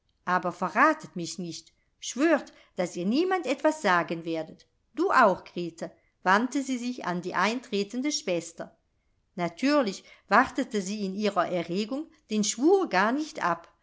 aber verratet mich nicht schwört daß ihr niemand etwas sagen werdet du auch grete wandte sie sich an die eintretende schwester natürlich wartete sie in ihrer erregung den schwur gar nicht ab